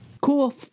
Cool